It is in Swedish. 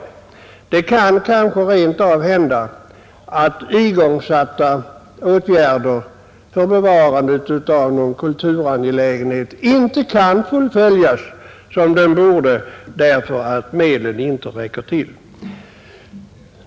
Det kan kanske rent av hända att igångsatta åtgärder för bevarandet av någon kulturföreteelse inte kan fullföljas som de borde därför att medlen inte räcker till.